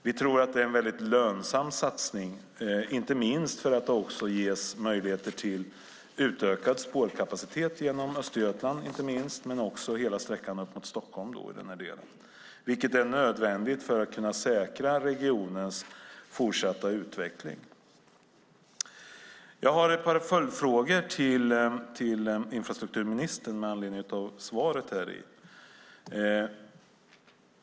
Vi tror att det är en mycket lönsam satsning, inte minst för att det också ges möjligheter till utökad spårkapacitet genom Östergötland men också hela sträckan upp mot Stockholm, vilket är nödvändigt för att kunna säkra regionens fortsatta utveckling. Jag har ett par följdfrågor till infrastrukturministern med anledning av svaret.